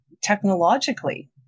technologically